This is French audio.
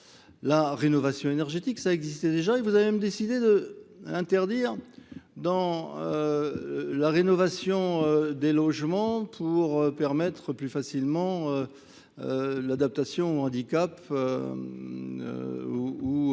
la rénovation énergétique, ça existait déjà et vous avez même décidé d'interdire dans la rénovation des logements pour permettre plus facilement l'adaptation aux handicaps ou